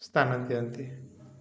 ସ୍ଥାନ ଦିଅନ୍ତି